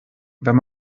wenn